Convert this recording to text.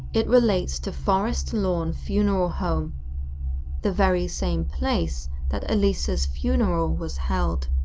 it relates to forest lawn funeral home the very same place that elisa's funeral was held.